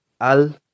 al